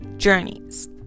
Journeys